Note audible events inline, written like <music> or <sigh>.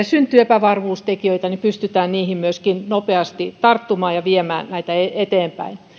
<unintelligible> syntyy epävarmuustekijöitä pystytään niihin myöskin nopeasti tarttumaan ja viemään näitä eteenpäin